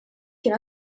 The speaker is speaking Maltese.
kien